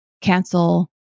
cancel